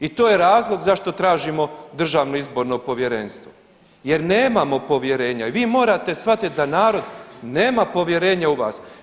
I to je razlog zašto tražimo Državno izborno povjerenstvo jer nemamo povjerenja i vi morate shvatiti da narod nema povjerenja u vas.